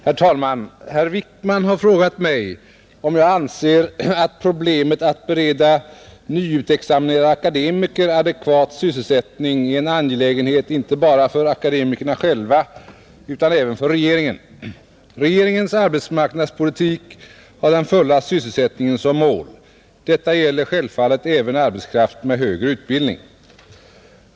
Herr talman! Herr Wijkman har frågat mig om jag anser att problemet att bereda nyutexaminerade akademiker adekvat sysselsättning är en angelägenhet inte bara för akademikerna själva utan även för regeringen. Regeringens arbetsmarknadspolitik har den fulla sysselsättningen som mål, Detta gäller självfallet även arbetskraft med högre utbildning.